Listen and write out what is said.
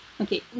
Okay